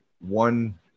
One